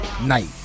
Night